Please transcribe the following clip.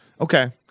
Okay